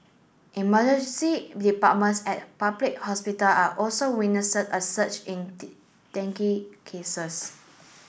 emergency departments at public hospital are also witness a surge in dengue cases